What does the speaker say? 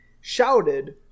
shouted